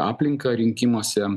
aplinką rinkimuose